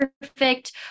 perfect